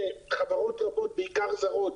שחברות רבות, בעיקר זרות,